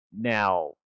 Now